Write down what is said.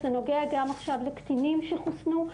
זה נוגע גם עכשיו לקטינים שחוסנו,